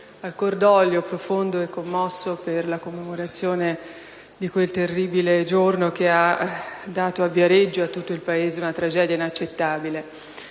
al cordoglio profondo e commosso per la commemorazione di quel terribile giorno in cui si è consumata a Viareggio, in tutto il Paese, una tragedia inaccettabile.